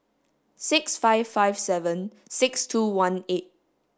six five five seven six two one eight